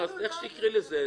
איך שתקראי לזה,